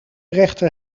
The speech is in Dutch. rechter